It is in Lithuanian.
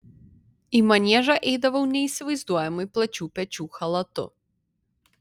į maniežą eidavau neįsivaizduojamai plačių pečių chalatu